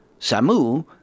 Samu